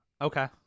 Okay